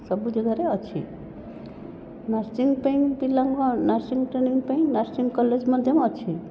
ସବୁ ଜାଗାରେ ଅଛି ନର୍ସିଂ ପାଇଁ ପିଲାଙ୍କ ନର୍ସିଂ ଟ୍ରେନିଂ ପାଇଁ ନର୍ସିଂ କଲେଜ ମଧ୍ୟ ଅଛି